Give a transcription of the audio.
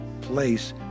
place